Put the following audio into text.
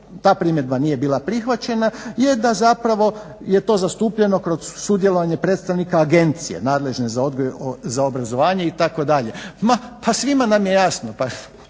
ta primjedba nije bila prihvaćena jer da zapravo je to zastupljeno kroz sudjelovanje predstavnika agencije nadležne za odgoj i obrazovanje itd. Ma, pa svima nam je jasno,